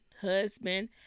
husband